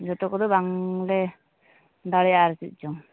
ᱡᱚᱛᱚ ᱠᱚᱫᱚ ᱵᱟᱝ ᱞᱮ ᱫᱟᱲᱮᱭᱟᱜᱼᱟ ᱟᱨ ᱪᱮᱫ ᱪᱚᱝ